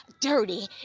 dirty